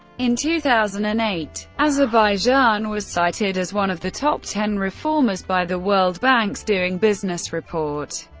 in two thousand and eight, azerbaijan was cited as one of the top ten reformers by the world bank's doing business report.